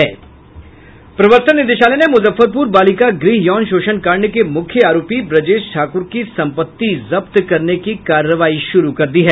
प्रवर्तन निदेशालय ने मुजफ्फरपुर बालिका गृह यौन शोषण कांड के मुख्य आरोपी ब्रजेश ठाकुर की संपत्ति जब्त करने की कार्रवाई शुरू कर दी है